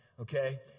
Okay